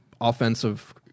offensive